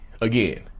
again